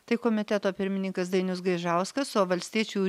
tai komiteto pirmininkas dainius gaižauskas o valstiečių